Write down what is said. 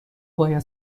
باید